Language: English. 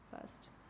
first